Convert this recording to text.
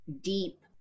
deep